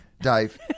Dave